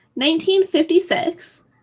1956